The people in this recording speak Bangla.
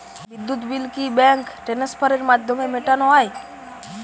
বিদ্যুৎ বিল কি ব্যাঙ্ক ট্রান্সফারের মাধ্যমে মেটানো য়ায়?